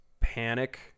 panic